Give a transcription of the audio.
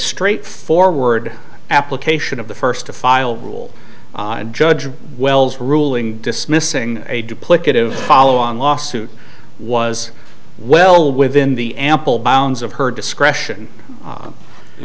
straightforward application of the first to file rule and judge wells ruling dismissing a duplicative following lawsuit was well within the ample bounds of her discretion